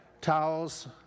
towels